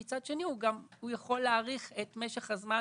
מצד שני הוא יכול להאריך את משך הזמן